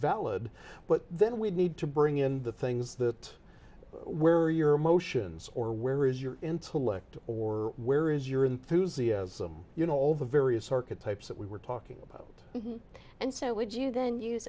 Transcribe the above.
valid but then we need to bring in the things that where your emotions or where is your intellect or where is your enthusiasm you know all the various archetypes that we were talking about and so would you then